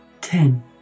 Ten